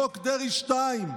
חוק דרעי 2,